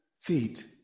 feet